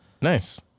nice